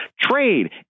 Trade